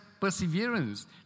perseverance